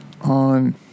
on